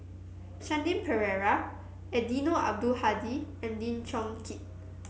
Shanti Pereira Eddino Abdul Hadi and Lim Chong Keat